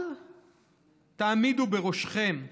אל תעמידו בראשכם כמנהיג,